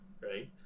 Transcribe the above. right